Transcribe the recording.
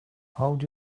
hold